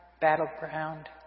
battleground